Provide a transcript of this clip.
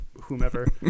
whomever